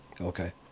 Okay